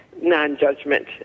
non-judgment